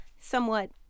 somewhat